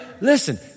Listen